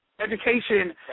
Education